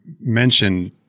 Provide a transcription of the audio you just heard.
mentioned